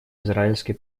израильской